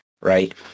right